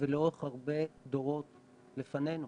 ולאורך הרבה דורות לפנינו